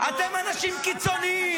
אתם אנשים קיצוניים.